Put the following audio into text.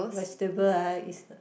vegetable ah is the